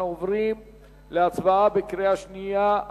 אנחנו עוברים להצבעה בקריאה שנייה.